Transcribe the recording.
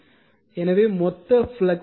எனவே மொத்த ஃப்ளக்ஸ் ∅1 ∅11 ∅12